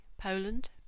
Poland